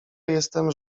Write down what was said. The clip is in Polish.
jestem